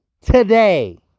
today